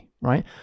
right